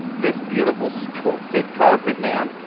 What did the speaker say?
this beautiful sculpted carpet man.